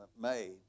made